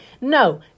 No